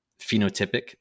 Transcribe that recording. phenotypic